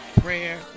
prayer